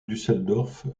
düsseldorf